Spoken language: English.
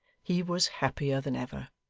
he was happier than ever.